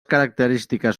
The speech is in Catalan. característiques